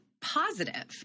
positive